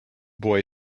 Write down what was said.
boy